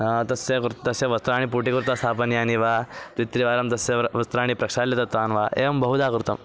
तस्य कृते तस्य वस्त्राणि पूटिकृता स्थापनियानि वा द्वित्रिवारं तस्य वस्त्राणि प्रक्षाल्य दत्वान् वा एवं बहुधा कृतम्